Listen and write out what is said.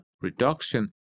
reduction